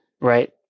Right